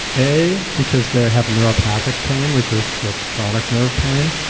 a, because they have neuropathic pain which is this chronic nerve pain.